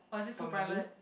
for me